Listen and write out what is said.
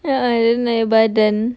a'ah naik badan